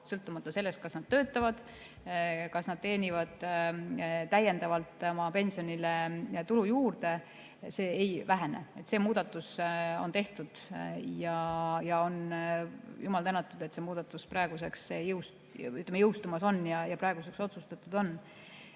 sõltumata sellest, kas nad töötavad, kas nad teenivad täiendavalt oma pensionile tulu juurde. See ei vähene. See muudatus on tehtud ja jumal tänatud, et see muudatus on praeguseks jõustunud või õigemini kohe jõustumas.